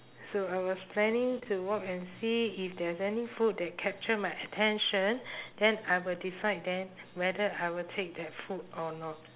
so I was planning to walk and see if there is any food that capture my attention then I will decide then whether I will take that food or not